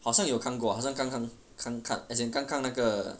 好像有看过好像刚看看看 as in 刚看那个